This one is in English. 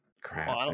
Crap